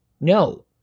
No